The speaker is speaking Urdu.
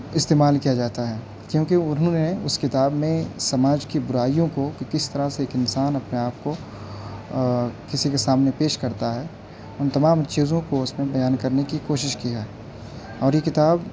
استعمال کیا جاتا ہے کیونکہ انہوں نے اس کتاب میں سماج کی برائیوں کو کہ کس طرح سے ایک انسان اپنے آپ کو کسی کے سامنے پیش کرتا ہے ان تمام چیزوں کو اس میں بیان کرنے کی کوشش کی ہے اور یہ کتاب